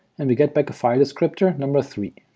and we get back a file descriptor number three.